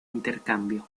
intercambio